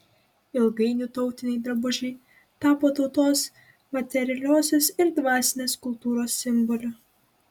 ilgainiui tautiniai drabužiai tapo tautos materialiosios ir dvasinės kultūros simboliu